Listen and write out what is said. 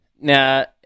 now